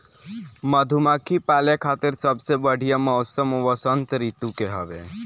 मधुमक्खी पाले खातिर सबसे बढ़िया मौसम वसंत ऋतू के हवे